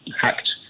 hacked